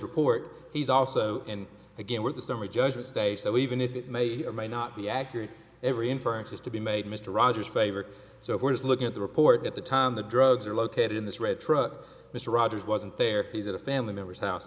report he's also and again where the summary judgment stage so even if it may or may not be accurate every inference has to be made mr rogers favor so we're just looking at the report at the time the drugs are located in this red truck mr rogers wasn't there is it a family members house